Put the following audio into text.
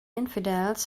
infidels